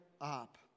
up